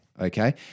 Okay